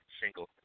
single